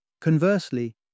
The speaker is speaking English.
Conversely